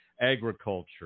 agriculture